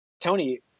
Tony